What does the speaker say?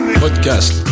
Podcast